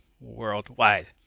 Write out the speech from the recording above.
worldwide